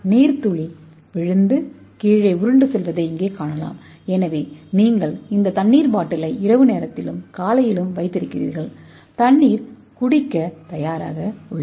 நீர் துளி விழுந்து கீழே உருண்டு செல்வதை இங்கே காணலாம் எனவே நீங்கள் இந்த தண்ணீர் பாட்டிலை இரவு நேரத்திலும் காலையிலும் வைத்திருக்கிறீர்கள் தண்ணீர் குடிக்க தயாராக உள்ளது